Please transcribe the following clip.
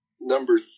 Number